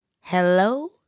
Hello